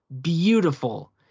beautiful